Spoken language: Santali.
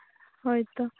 ᱦᱳᱭᱛᱳ